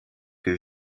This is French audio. que